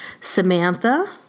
Samantha